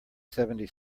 seventy